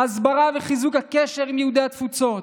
ההסברה וחיזוק הקשר עם יהודי התפוצות.